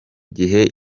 gihe